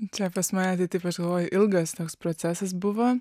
čia pas mane tai taip aš galvoju ilgas toks procesas buvo